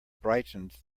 brightened